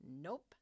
Nope